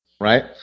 right